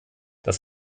das